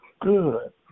good